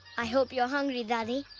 i hope you're hungry, dadhi,